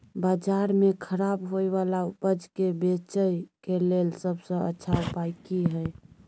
बाजार में खराब होय वाला उपज के बेचय के लेल सबसे अच्छा उपाय की हय?